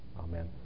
amen